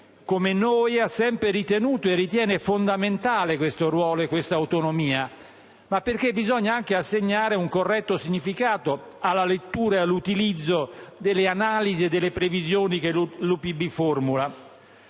ed abbiamo sempre ritenuto fondamentale questo ruolo e questa autonomia), ma perché bisogna anche assegnare un corretto significato alla lettura e all'utilizzo delle analisi e delle previsioni che l'Ufficio